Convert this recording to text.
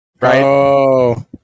Right